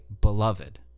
beloved